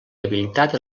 habilitat